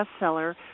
bestseller